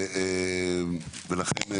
ולכן,